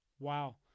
wow